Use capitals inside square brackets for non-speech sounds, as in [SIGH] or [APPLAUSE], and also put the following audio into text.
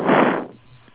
[LAUGHS]